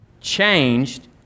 changed